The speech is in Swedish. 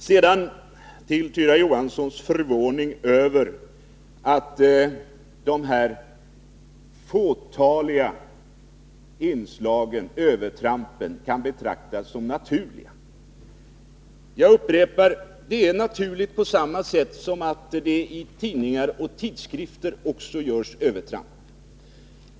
Sedan till Tyra Johanssons förvåning över att de fåtaliga övertrampen kan betraktas som naturliga. Jag upprepar: Det är naturligt på samma sätt som det också i tidningar och tidskrifter görs övertramp.